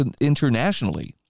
internationally